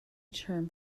term